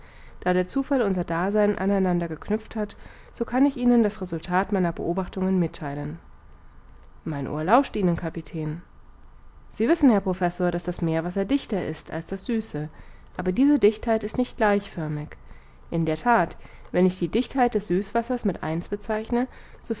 da der zufall unser dasein an einander geknüpft hat so kann ich ihnen das resultat meiner beobachtungen mittheilen mein ohr lauscht ihnen kapitän sie wissen herr professor daß das meerwasser dichter ist als das süße aber diese dichtheit ist nicht gleichförmig in der that wenn ich die dichtheit des süßwassers mit eins bezeichne